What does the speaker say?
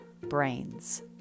brains